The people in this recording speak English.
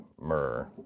myrrh